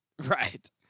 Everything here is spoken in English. Right